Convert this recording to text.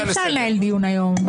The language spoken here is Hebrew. אי-אפשר לנהל דיון היום.